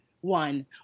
one